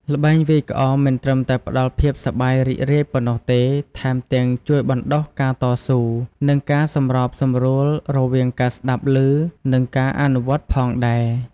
ល្បែងវាយក្អមមិនត្រឹមតែផ្ដល់ភាពសប្បាយរីករាយប៉ុណ្ណោះទេ ថែមទាំងជួយបណ្ដុះការតស៊ូ និងការសម្របសម្រួលរវាងការស្ដាប់ឮ និងការអនុវត្តផងដែរ។